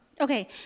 Okay